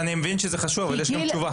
אני מבין שזה חשוב, אבל יש גם תשובה.